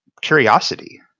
curiosity